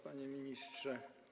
Panie Ministrze!